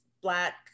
black